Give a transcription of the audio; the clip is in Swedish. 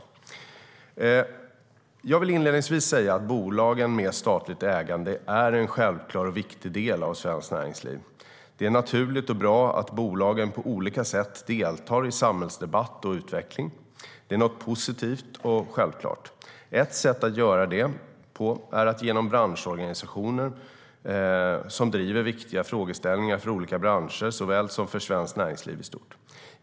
Jag vill inledningsvis säga att bolagen med statligt ägande är en självklar och viktig del av svenskt näringsliv. Det är naturligt och bra att bolagen på olika sätt deltar i samhällsdebatt och utveckling. Det är något positivt och självklart. Ett sätt att göra det på är genom branschorganisationer som driver viktiga frågeställningar för olika branscher och för svenskt näringsliv i stort.